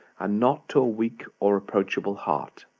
and not to a weak or reproachable heart.